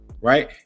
Right